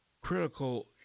critical